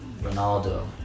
Ronaldo